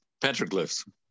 petroglyphs